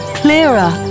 clearer